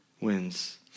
wins